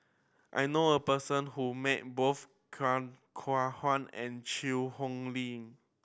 I know a person who met both Khoo Kay Hian and Chew Hock Leong